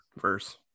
verse